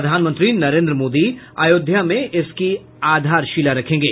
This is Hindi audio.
प्रधानमंत्री नरेन्द्र मोदी अयोध्या में इसकी आधारशिला रखेंगे